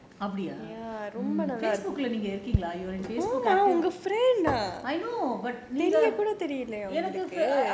அப்டியா:apdiyaa Facebook நீங்க இருக்கீங்களா:neenga irukeengalaa you are in Facebook active I know but நீங்க எனக்கு:neenga enakku